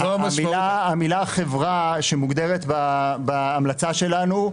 המילה חברה שמוגדרת בהמלצה שלנו,